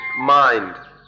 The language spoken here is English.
mind